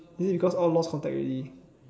is it because all lost contact already